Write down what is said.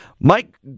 Mike